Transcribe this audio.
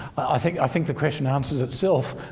i think, i think the question answers itself.